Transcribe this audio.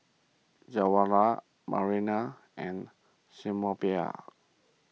Jawaharlal Naraina and Sinnathamby